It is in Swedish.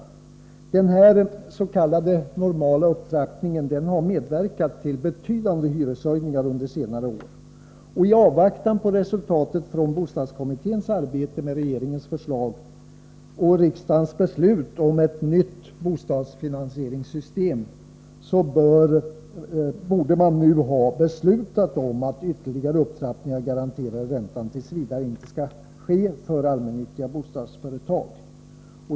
Den härs.k. normala upptrappningen har medverkat till betydande hyreshöjningar under senare år. I avvaktan på resultatet av bostadskommitténs arbete med regeringens förslag och riksdagens beslut om ett nytt bostadsfinansieringssystem borde man nu ha beslutat att ytterligare upptrappningar av den garanterade räntan t. v. inte skall ske för allmännyttiga bostadsföretag.